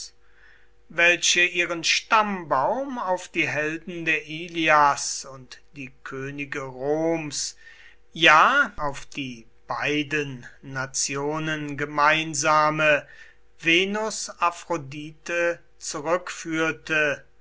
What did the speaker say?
welche ihren stammbaum auf die helden der ilias und die könige roms ja auf die beiden nationen gemeinsame